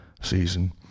season